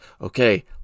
okay